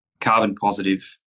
carbon-positive